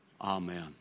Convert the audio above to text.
Amen